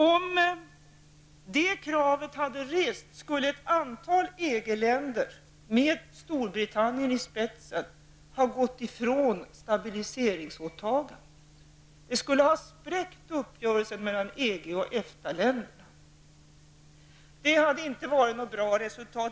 Om det kravet hade rests skulle ett antal EG-länder med Storbritannien i spetsen ha gått ifrån stabiliseringsåtagandet. Det skulle ha spräckt uppgörelsen mellan EG och EFTA-länderna. Det hade inte varit något bra resultat.